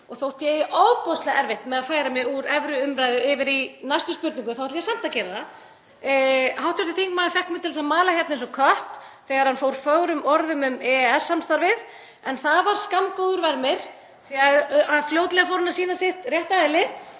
ég eigi ofboðslega erfitt með að færa mig úr evruumræðu yfir í næstu spurningu þá ætla ég samt að gera það. Hv. þingmaður fékk mig til þess að mala eins og kött þegar hann fór fögrum orðum um EES-samstarfið en það var skammgóður vermir því að fljótlega fór hann að sýna sitt rétta eðli